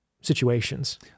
situations